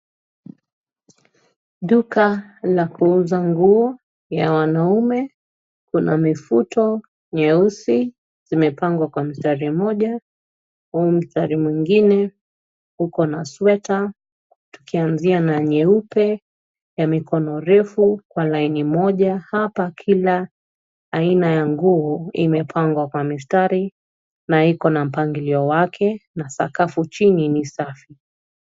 Duka la kuuza nguo ya wanaume. Kuna mifuto nyeusi imepangwa kwa mstari mmoja huku mstari mwingine ukona sweta tukianzia na nyeupe ya mikono refu kwa laini moja. Hapa kila aina ya nguo imepangwa kwa mistari na ikona mpangilio wake na sakafu chini ni safi.